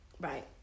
Right